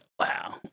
Wow